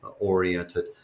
oriented